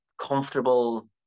Comfortable